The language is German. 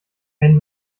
kein